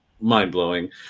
mind-blowing